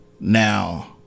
Now